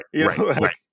Right